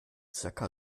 zirka